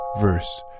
Verse